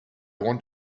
want